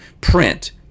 print